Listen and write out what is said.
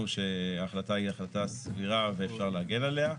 שההחלטה היא החלטה סבירה ואפשר להגן עליה.